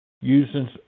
using